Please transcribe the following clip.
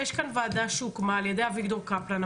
יש כאן ועדה שהוקמה על ידי אביגדור קפלן,